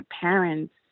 parents